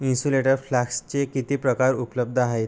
insulated फ्लास्कचे किती प्रकार उपलब्ध आहेत